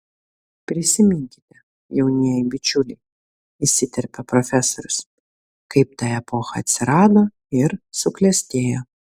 prisiminkite jaunieji bičiuliai įsiterpė profesorius kaip ta epocha atsirado ir suklestėjo